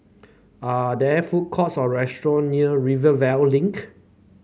are there food courts or restaurant near Rivervale Link